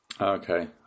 Okay